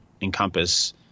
encompass